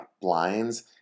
blinds